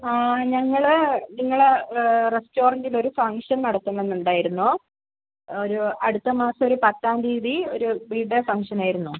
ആ ഞങ്ങൾ നിങ്ങളെ റെസ്റ്റോറെൻറ്റിലൊരു ഫങ്ങ്ഷൻ നടത്തണമെന്നുണ്ടായിരുന്നു ഒരു അടുത്ത മാസം ഒരു പത്താം തീയതി ഒരു ബി ഡേ ഫങ്ങ്ഷനായിരുന്നു